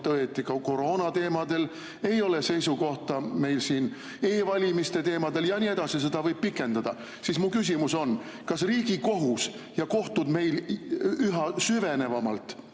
õieti koroonateemadel, ei ole seisukohta meil siin e‑valimiste teemadel ja nii edasi, seda [nimekirja] võib pikendada, siis mu küsimus on: kas Riigikohus ja kohtud meil üha süvenevamalt